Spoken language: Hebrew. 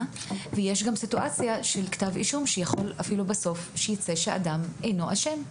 ישנה סיטואציה של כתב אישום שבסופו נקבע כי האדם אינו אשם.